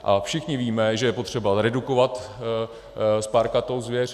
A všichni víme, že je potřeba redukovat spárkatou zvěř.